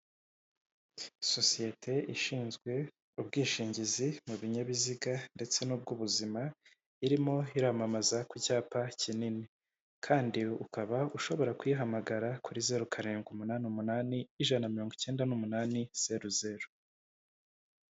Sosiyete ishinzwe ubwishingizi mu binyabiziga ndetse n'ubw'ubuzima, irimo iramamaza ku cyapa kinini kandi ukaba ushobora kuyihamagara kuri zeru, karindwi, umunani, umunnani, ijana na mirongo icyenda n'umunani, zeru, zeru.